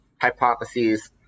hypotheses